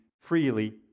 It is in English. freely